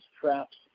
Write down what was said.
traps